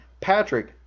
Patrick